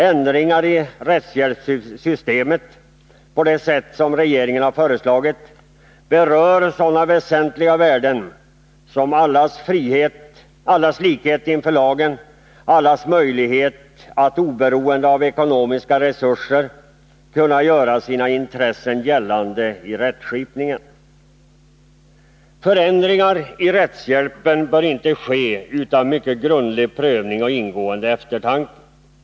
Ändringar i rättshjälpssystemet på det sätt som regeringen har föreslagit berör sådana väsentliga värden som allas likhet inför lagen och allas möjlighet att oberoende av ekonomiska resurser kunna göra sina intressen gällande i rättsskipningen. Förändringar i rättshjälpen bör inte ske utan mycket grundlig prövning och ingående eftertanke.